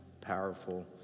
powerful